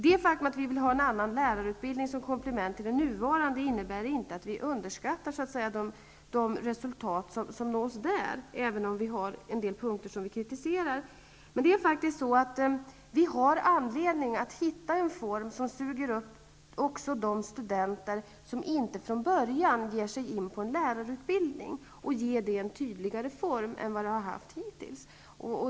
Det faktum att vi vill ha en annan lärarutbildning som komplement till den nuvarande innebär inte att vi underskattar de resultat som uppnåtts där, även om vi kritiserar utbildningen på en del punkter. Det finns faktiskt anledning att hitta en utbildningsform som suger upp också de studenter som inte från början ger sig in på en lärarutbildning. Vi vill ge utbildningen en tydligare form än hittills.